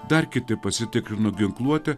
dar kiti pasitikrinu ginkluotę